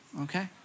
okay